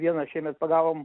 vieną šiemet pagavom